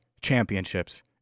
championships